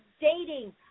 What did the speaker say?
dating